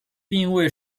并未